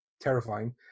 terrifying